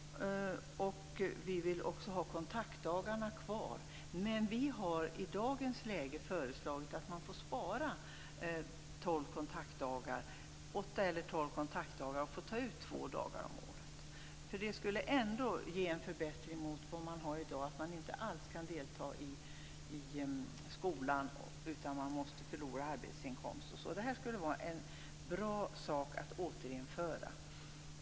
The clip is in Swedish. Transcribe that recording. Vi vill ha kontaktdagarna kvar, men vi har i dagens läge föreslagit att man får spara åtta eller tolv kontaktdagar och att man får ta ut två dagar om året. Detta skulle ändå vara en förbättring jämfört med i dag, när man inte alls kan delta i skolan utan att förlora arbetsinkomst. Kontaktdagarna skulle vara en bra sak att återinföra.